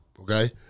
okay